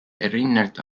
erinnert